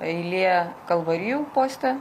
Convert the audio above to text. eilė kalvarijų poste